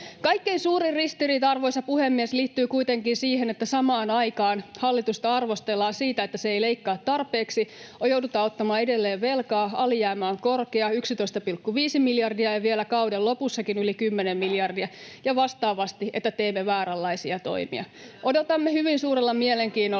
Kaikkein suurin ristiriita, arvoisa puhemies, liittyy kuitenkin siihen, että samaan aikaan hallitusta arvostellaan siitä, että se ei leikkaa tarpeeksi, joudutaan ottamaan edelleen velkaa, alijäämä on korkea, 11,5 miljardia, ja vielä kauden lopussakin yli 10 miljardia, ja vastaavasti, että teemme vääränlaisia toimia. Odotamme hyvin suurella mielenkiinnolla